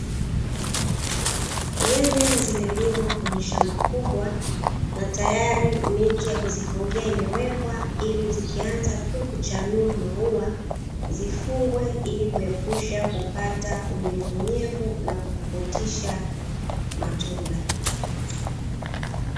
Nyanya zimelimwa kwenye shamba kubwa na tayari miti ya kuzifungia imewekwa, ili zikianza tu kuchanua maua zifungwe ili kuepusha kupata unyevuunyevu na kupukutisha matunda.